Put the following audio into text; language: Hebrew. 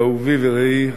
אהובי ורעי,